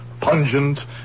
pungent